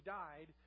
died